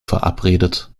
verabredet